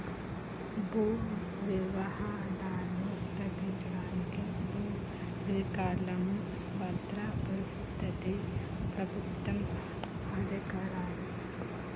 భూ వివాదాలు తగ్గించడానికి భూ రికార్డులను భద్రపరుస్తది ప్రభుత్వ అధికారులు